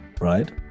Right